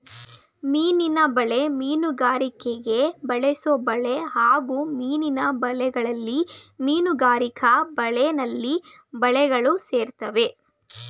ಮೀನಿನ ಬಲೆ ಮೀನುಗಾರಿಕೆಗೆ ಬಳಸೊಬಲೆ ಹಾಗೂ ಮೀನಿನ ಬಲೆಗಳಲ್ಲಿ ಮೀನುಗಾರಿಕಾ ಬಲೆ ನಳ್ಳಿ ಬಲೆಗಳು ಸೇರ್ತವೆ